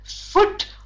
foot